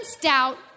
doubt